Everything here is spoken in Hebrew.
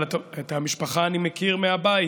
אבל את המשפחה אני מכיר מהבית,